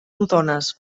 rodones